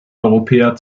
europäer